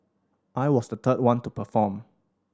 I was the third one to perform